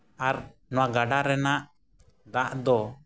ᱟᱨ ᱱᱚᱣᱟ ᱜᱟᱰᱟ ᱨᱮᱱᱟᱜ ᱫᱟᱜ ᱫᱚ